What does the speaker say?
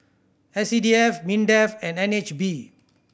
S C D F MINDEF and N H B